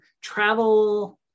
travel